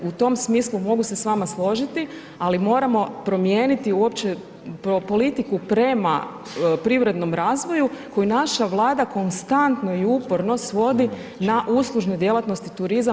U tom smislu mogu se s vama složiti, ali moramo promijeniti uopće politiku prema privrednom razvoju koju naša Vlada konstantno i uporno svodi na uslužnu djelatnost i turizam.